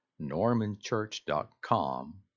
normanchurch.com